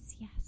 yes